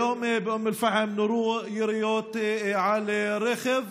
היום באום אל-פחם נורו יריות על רכב,